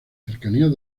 cercanías